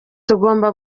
tugomba